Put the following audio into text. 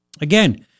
Again